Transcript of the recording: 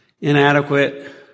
inadequate